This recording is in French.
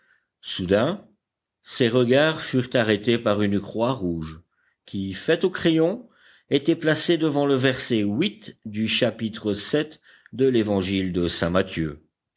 soudain ses regards furent arrêtés par une croix rouge qui faite au crayon était placée devant le verset du chapitre vii de l'évangile de